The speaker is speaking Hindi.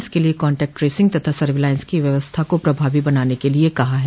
इसके लिए कान्टैक्ट ट्रेसिंग तथा सर्विलांस की व्यवस्था को प्रभावी बनाने के लिए कहा है